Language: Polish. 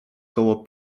koło